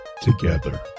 together